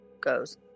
goes